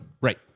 Right